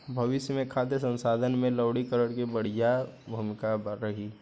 भविष्य मे खाद्य संसाधन में लवणीकरण के बढ़िया भूमिका रही